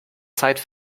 zeit